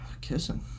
kissing